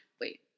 Wait